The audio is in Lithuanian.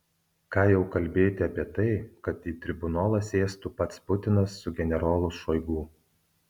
ką jau kalbėti apie tai kad į tribunolą sėstų pats putinas su generolu šoigu